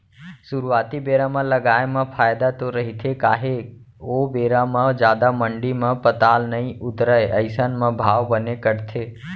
सुरुवाती बेरा म लगाए म फायदा तो रहिथे काहे ओ बेरा म जादा मंडी म पताल नइ उतरय अइसन म भाव बने कटथे